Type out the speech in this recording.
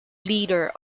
leader